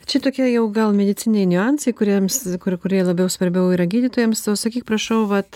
čia tokie jau gal medicininiai niuansai kuriems kur kurie labiau svarbiau yra gydytojams o sakyk prašau vat